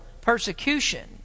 persecution